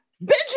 Benjamin